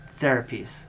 therapies